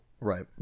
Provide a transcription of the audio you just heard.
Right